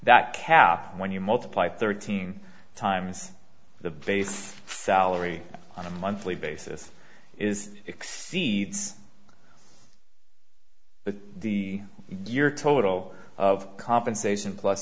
that calf when you multiply thirteen times the base salary on a monthly basis is exceeds but the year total of compensation plus